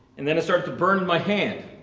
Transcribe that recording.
and then it starts to burn in my hand,